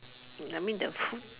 I mean the food